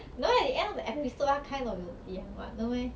you know at the end of the episode 它 kind of 有讲 what no meh